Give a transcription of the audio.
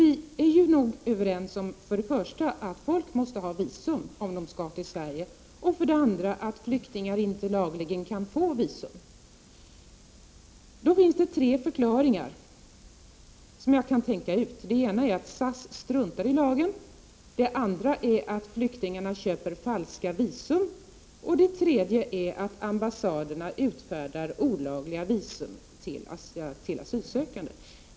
Vi är nog överens om för det första att folk måste ha visum för att komma till Sverige och för det andra att flyktingar lagligen inte kan få visum. Det finns då tre förklaringar som jag kan tänka ut: att SAS struntar i lagen, att flyktingarna köper falska visum eller att ambassaderna utfärdar olagliga visum till asylsökande.